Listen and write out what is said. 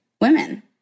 women